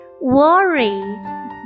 Worry